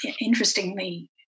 interestingly